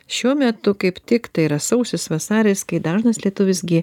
šiuo metu kaip tik tai yra sausis vasaris kai dažnas lietuvis gi